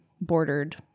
bordered